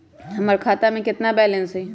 हमर खाता में केतना बैलेंस हई?